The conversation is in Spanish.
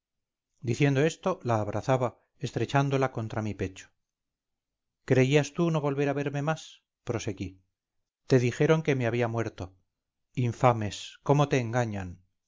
diciendo esto la abrazaba estrechándola contra mi pecho creías tú no volver a verme más proseguí te dijeron que me había muerto infames cómo te engañan